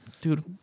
Dude